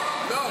בדיוק.